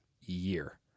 year